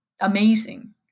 amazing